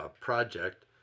project